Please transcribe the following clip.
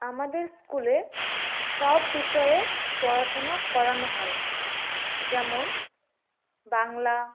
আমাদের স্কুলে সব বিষয়ে পড়াশোনা করানো হয় যেমন বাংলা